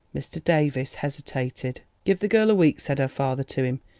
mr. davies hesitated. give the girl a week, said her father to him.